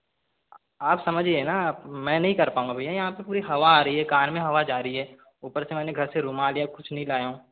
आप समझिए ना मैं नहीं कर पाउँगा भैया यहाँ पर पूरी हवा आ रही है कान में हवा जा रही है ऊपर से मैंने घर से रूमाल या कुछ नहीं लाया हूँ